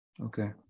Okay